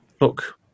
Look